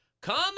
Come